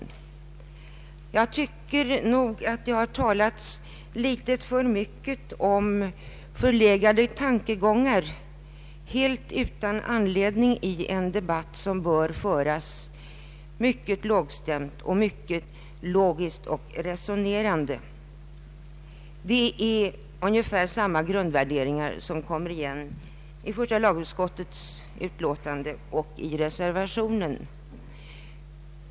Jag anser att det hittills talats väl mycket om förlegade tankegångar, helt utan anledning i en debatt som bör föras mycket lågstämt, logiskt och resonerande. Ungefär samma grundvärderingar kommer igen i första lagutskottets utlåtande och i reservationen.